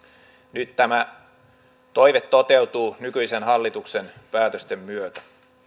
nyt tämä toive toteutuu nykyisen hallituksen päätösten myötä